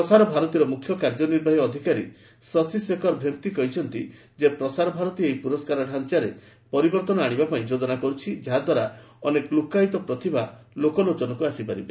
ପ୍ରସାର ଭାରତୀର ମୁଖ୍ୟ କାର୍ଯ୍ୟନିର୍ବାହୀ ଅଧିକାରୀ ଶଶିଶେଖର ଭେମ୍ପ୍ତି କହିଛନ୍ତି ଯେ ପ୍ରସାରଭାରତୀ ଏହି ପୁରସ୍କାର ଡ଼ାଞ୍ଚାରେ ପରିବର୍ତ୍ତନ ଆଶିବା ପାଇଁ ଯୋଜନା କରୁଛି ଯାହାଦ୍ୱାରା ଅନେକ ଲୁକ୍କାୟିତ ପ୍ରତିଭା ଲୋକଲୋଚନକୁ ଆସିପାରିବ